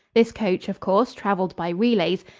this coach, of course, traveled by relays,